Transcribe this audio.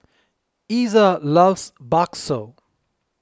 Iza loves Bakso